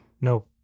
No